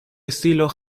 estilo